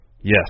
Yes